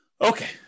Okay